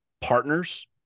partners